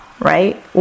Right